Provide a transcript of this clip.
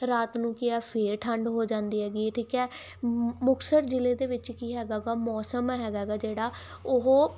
ਰਾਤ ਨੂੰ ਕੀ ਆ ਫਿਰ ਠੰਡ ਹੋ ਜਾਂਦੀ ਹੈਗੀ ਠੀਕ ਹੈ ਮੁਕਤਸਰ ਜ਼ਿਲ੍ਹੇ ਦੇ ਵਿੱਚ ਕੀ ਹੈਗਾ ਗਾ ਮੌਸਮ ਹੈਗਾ ਗਾ ਜਿਹੜਾ ਉਹ